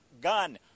gun